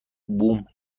بوووم